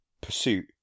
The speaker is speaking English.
pursuit